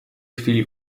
chwili